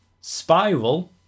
Spiral